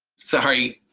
sorry,